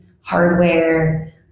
hardware